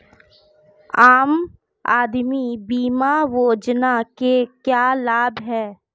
आम आदमी बीमा योजना के क्या लाभ हैं?